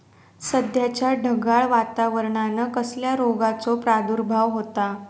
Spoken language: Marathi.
सध्याच्या ढगाळ वातावरणान कसल्या रोगाचो प्रादुर्भाव होता?